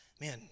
Man